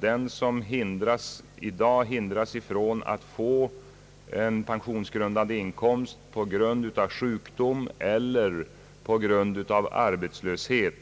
För den som i dag hindras från att få en pensionsgrundande inkomst på grund av sjukdom eller arbetslöshet